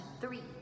three